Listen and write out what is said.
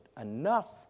enough